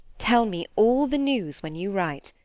tell me all the news when you write.